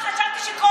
זה הכול